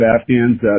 Afghans